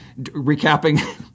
recapping